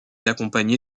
accompagné